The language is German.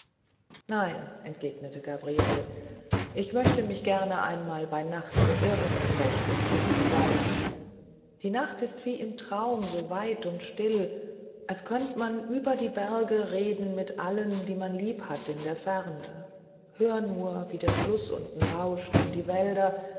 nein entgegnete gabriele ich möcht mich gern einmal bei nacht verirren recht im tiefsten wald die nacht ist wie im traum so weit und still als könnt man über die berge reden mit allen die man lieb hat in der ferne hör nur wie der fluß unten rauscht und die wälder